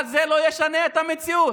אבל זה לא ישנה את המציאות.